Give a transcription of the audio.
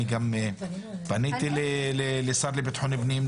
אני פניתי גם לשר לביטחון פנים,